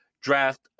draft